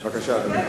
בבקשה, אדוני.